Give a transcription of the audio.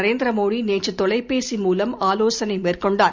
நரேந்திர மோடி நேற்று தொலைபேசி மூலம்ஆலோசனை மேற்கொண்டார்